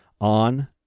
on